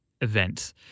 event